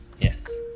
Yes